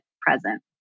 present